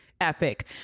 epic